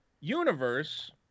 universe